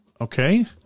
okay